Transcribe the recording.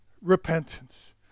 repentance